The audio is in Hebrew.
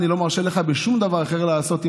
אני לא מרשה לך שום דבר אחר לעשות עם